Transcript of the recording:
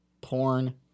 porn